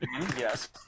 Yes